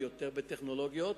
יותר בטכנולוגיות,